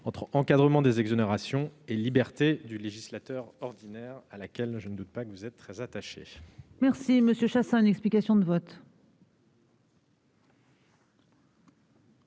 entre l'encadrement des exonérations et la liberté du législateur ordinaire, à laquelle je ne doute pas que vous êtes très attachée. La parole est à M. Daniel Chasseing, pour explication de vote.